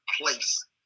place